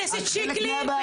את חלק מהבעיה.